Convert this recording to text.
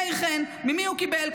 מאיר חן, ממי הוא קיבל?